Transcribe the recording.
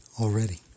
already